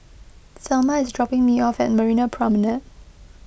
thelma is dropping me off at Marina Promenade